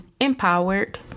empowered